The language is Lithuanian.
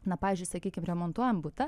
na pavyzdžiui sakykim remontuojam butą